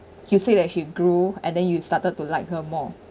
you said that she grew and then you started to like her more